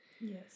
Yes